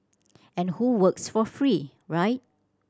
and who works for free right